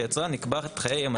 שיצרן יקבע את חיי המדף.